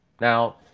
Now